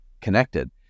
connected